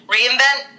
Reinvent